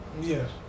Yes